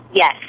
Yes